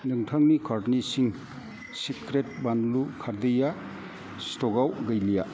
नोंथांनि कार्टनि चिं सिक्रेट बानलु खारदैया स्टकआव गैलिया